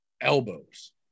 Elbows